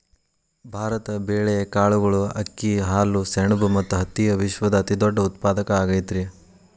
ಭಾರತ ಬೇಳೆ, ಕಾಳುಗಳು, ಅಕ್ಕಿ, ಹಾಲು, ಸೆಣಬ ಮತ್ತ ಹತ್ತಿಯ ವಿಶ್ವದ ಅತಿದೊಡ್ಡ ಉತ್ಪಾದಕ ಆಗೈತರಿ